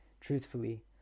truthfully